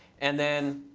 and then